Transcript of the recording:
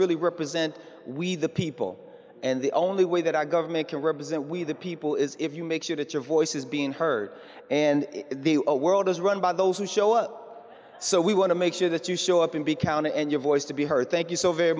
really represent we the people and the only way that our government can represent we the people is if you make sure that your voices being heard and the world is run by those who show up so we want to make sure that you show up and be counted and your voice to be heard thank you so very